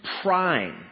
prime